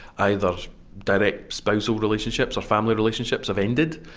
either direct spousal relationships or family relationships have ended.